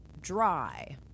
dry